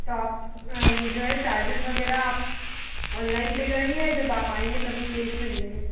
तो आप ये जो है चारजेस वग़ैरह आप ऑनलाइन पे करेंगी या जब आप आएंगे तभी केश में देंगे